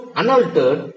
unaltered